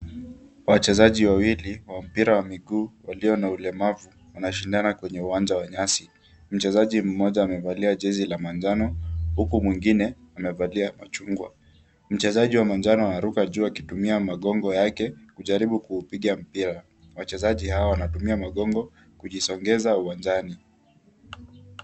Wachezaji wawili wa mpira wa miguu walio na ulemavu, wanashindana kwenye uwanja wa nyasi. Mchezaji mmoja amevalia jezi la manjano, huku mwingine amevalia ya chungwa. Mchezaji wa manjano anaruka juu akitumia magongo yake kujaribu kuupiga mpira. Wachezaji hawa wanatumia magongo kujisongeza uwanjani.